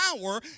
power